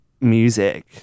music